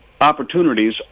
opportunities